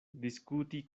diskuti